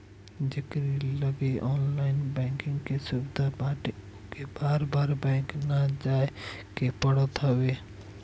जेकरी लगे online banking के सुविधा बाटे ओके बार बार बैंक नाइ जाए के पड़त हवे